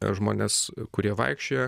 žmonės kurie vaikščioja